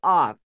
off